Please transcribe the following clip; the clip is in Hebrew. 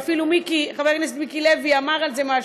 ואפילו חבר הכנסת מיקי לוי אמר על זה משהו,